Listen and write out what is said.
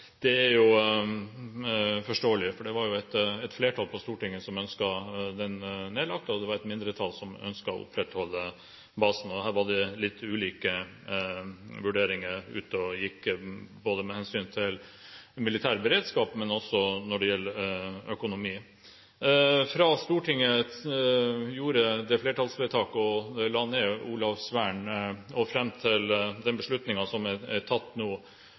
Det er forståelig, for det var et flertall på Stortinget som ønsket Olavsvern nedlagt, og et mindretall som ønsket å opprettholde basen. Det var ulike vurderinger ute og gikk – både med hensyn til militær beredskap og til økonomi. Fra Stortinget gjorde flertallsvedtaket om å legge ned Olavsvern, og fram til den beslutningen som er tatt nå,